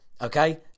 okay